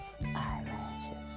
Eyelashes